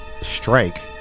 strike